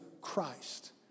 Christ